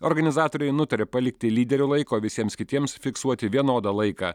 organizatoriai nutarė palikti lyderių laiką o visiems kitiems fiksuoti vienodą laiką